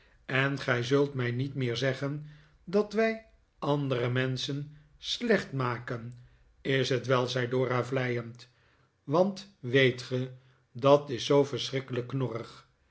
en gij zult mij niet meer zeggen dat wij andere menschen slecht maken is t wel zei dora vleiend want weet ge r dat is zoo verschrikkelijk knorrig